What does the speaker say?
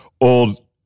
old